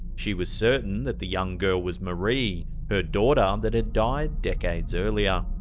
she was certain that the young girl was marie, her daughter um that had died decades earlier.